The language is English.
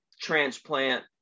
transplant